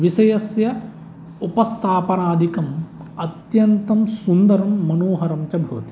विषयस्य उपस्थापनादिकम् अत्यन्तं सुन्दरं मनोहरञ्च भवति